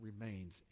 remains